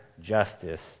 justice